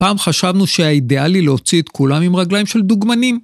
פעם חשבנו שהאידאלי להוציא את כולם עם רגליים של דוגמנים.